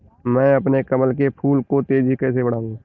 मैं अपने कमल के फूल को तेजी से कैसे बढाऊं?